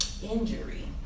injury